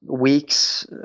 weeks